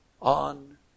on